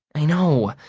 i know.